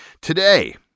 Today